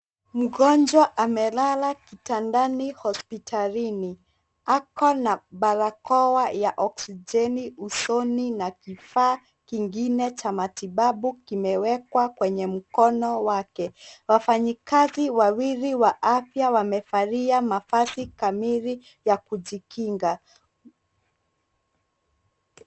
Mgonjwa amelala kitandani hospitalini. Ako na barakoa ya oksigeni usoni na kifaa kingine cha matibabu kimewekwa kwenye mkono wake. Wafanyikazi wawili wa afya wamevalia mavazi kamili ya kujikinga.